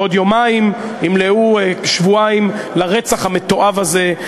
בעוד יומיים, ימלאו שבועיים לרצח המתועב הזה.